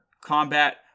combat